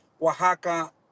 Oaxaca